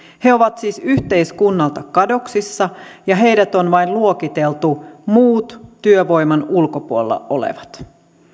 he ovat siis yhteiskunnalta kadoksissa ja heidät on vain luokiteltu ryhmään muut työvoiman ulkopuolella olevat